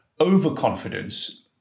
overconfidence